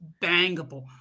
bangable